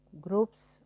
groups